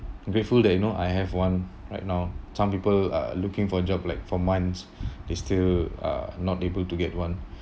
grateful that you know I have one right now some people are looking for job like for months they still uh not able to get one